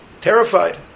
terrified